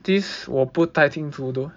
this 我不太清楚 though